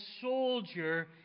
soldier